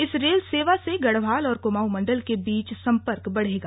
इस रेल सेवा से गढ़वाल और कुमांऊ मण्डल के बीच संपर्क बढ़ेगा